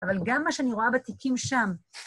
אבל גם מה שאני רואה בתיקים שם.